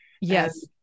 Yes